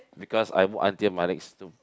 because I walk until my legs too pain